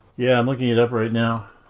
yeah, i'm looking it up right now.